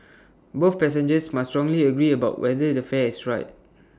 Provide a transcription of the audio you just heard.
both passengers must strongly agree about whether the fare is right